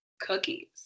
cookies